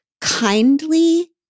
kindly